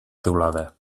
teulada